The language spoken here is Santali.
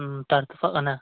ᱦᱩᱸ ᱛᱟᱨ ᱛᱚᱯᱟᱜ ᱟᱠᱟᱱᱟ